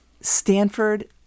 Stanford